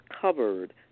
covered